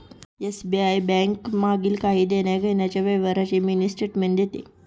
SBI bank मागील काही देण्याघेण्याच्या व्यवहारांची मिनी स्टेटमेंट देते